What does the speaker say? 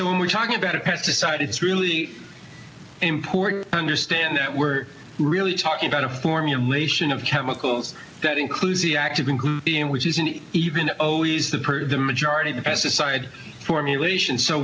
so when we're talking about a pesticide it's really important to understand that we're really talking about a formulation of chemicals that includes the active ingredient which isn't even always the per the majority of the pesticide formulation so